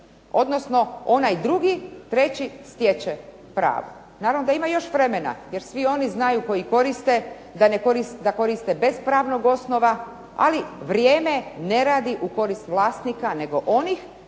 odnosno onaj drugi, treći stječe pravo. Naravno da ima još vremena jer svi oni znaju koji koriste da koriste bez pravnog osnova, ali vrijeme ne radi u korist vlasnika nego onih